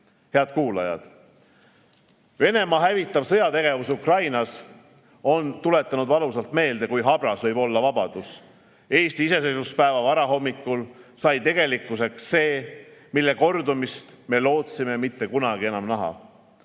kuulajad! Venemaa hävitav sõjategevus Ukrainas on tuletanud valusalt meelde, kui habras võib olla vabadus. Eesti iseseisvuspäeva varahommikul sai tegelikkuseks see, mille kordumist me lootsime mitte kunagi enam näha.